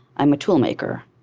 i'm a toolmaker.